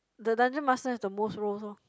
the dungeon master has the most roles lor